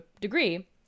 degree